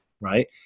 right